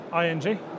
ING